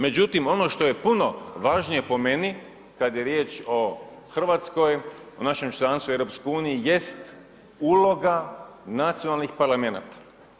Međutim ono što je puno važnije po meni kada je riječ o Hrvatskoj, o našem članstvu u EU jest uloga nacionalnih parlamenata.